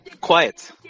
Quiet